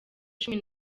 cumi